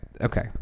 Okay